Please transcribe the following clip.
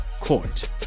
court